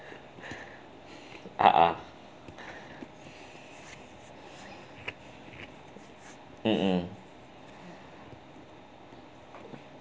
(uh huh) mmhmm